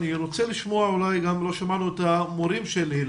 לא שמענו את המורים של היל"ה.